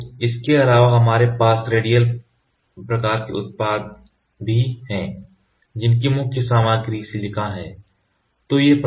तो इसके अलावा हमारे पास रेडियल प्रकार के उत्पाद भी हैं जिनकी मुख्य सामग्री सिलिकॉन है